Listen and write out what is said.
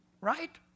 Right